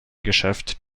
geschäft